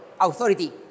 authority